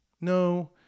No